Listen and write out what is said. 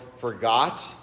forgot